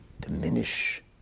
diminish